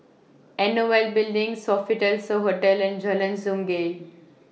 N O L Building Sofitel So Hotel and Jalan Sungei